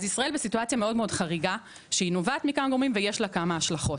אז ישראל היא מדינה חריגה שהיא נובעת מכמה גורמים ויש לה כמה השלכות.